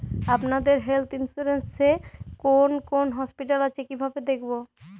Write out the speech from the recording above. আপনাদের health insurance এ কোন কোন হসপিটাল আছে কিভাবে দেখবো?